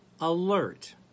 alert